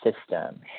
system